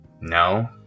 No